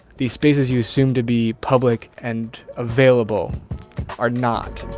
these spaces you assume to be public and available are not